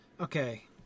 Okay